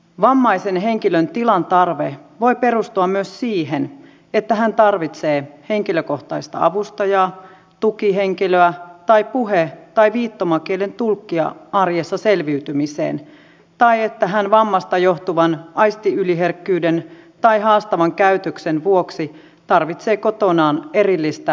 vammaisen henkilön tilan tarve voi perustua myös siihen että hän tarvitsee henkilökohtaista avustajaa tukihenkilöä tai puhe tai viittomakielen tulkkia arjessa selviytymiseen tai siihen että hän vammasta johtuvan aistiyliherkkyyden tai haastavan käytöksen vuoksi tarvitsee kotonaan erillistä rauhallista tilaa